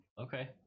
Okay